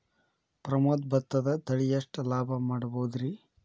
ಪ್ರಮೋದ ಭತ್ತದ ತಳಿ ಎಷ್ಟ ಲಾಭಾ ಮಾಡಬಹುದ್ರಿ?